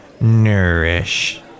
nourish